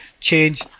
change